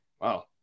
Wow